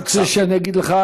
אתה תגיד את שמו: